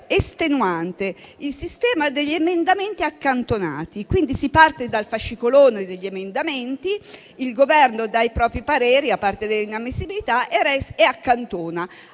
quella del sistema degli emendamenti accantonati. Si parte dal fascicolone degli emendamenti, il Governo dà i propri pareri (a parte le inammissibilità) e accantona